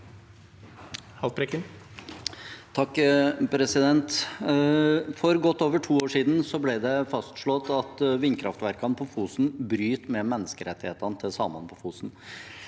sa- ken): For godt over to år siden ble det fastslått at vindkraftverkene på Fosen bryter med menneskerettighetene til samene på Fosen.